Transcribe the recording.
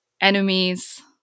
Enemies